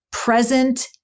present